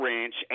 Ranch